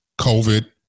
COVID